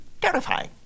terrifying